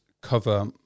cover